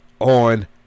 on